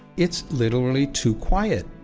it's literally too quiet.